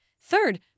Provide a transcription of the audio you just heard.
Third